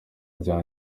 rya